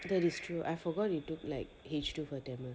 that is true I forgot you did like H two do for tamil